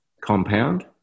compound